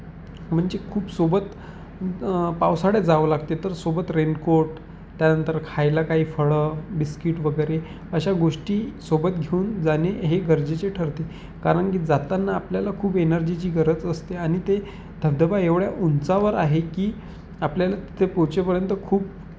म्हणजे खूप सोबत पावसाळ्यात जावं लागते तर सोबत रेनकोट त्यानंतर खायला काही फळं बिस्कीट वगैरे अशा गोष्टी सोबत घेऊन जाणे हे गरजेचे ठरते कारण की जाताना आपल्याला खूप एनर्जीची गरज असते आणि ते धबधबा एवढ्या उंचावर आहे की आपल्याला तिथे पोहोचेपर्यंत खूप